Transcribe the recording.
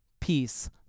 peace